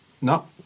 No